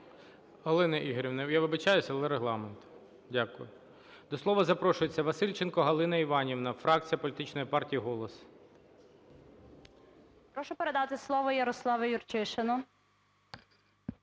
Олена Ігорівна, я вибачаюся, але регламент. Дякую. До слова запрошується Васильченко Галина Іванівна, фракція політичної партії "Голос". 16:59:55 ВАСИЛЬЧЕНКО Г.І. Прошу передати слово Ярославу Юрчишину.